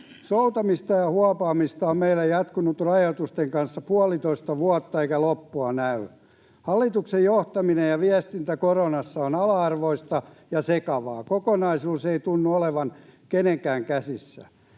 Soutamista ja huopaamista on meillä jatkunut rajoitusten kanssa puolitoista vuotta, eikä loppua näy. Hallituksen johtaminen ja viestintä koronassa on ala-arvoista ja sekavaa. Kokonaisuus ei tunnu olevan kenenkään käsissä.